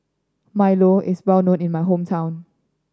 Milo is well known in my hometown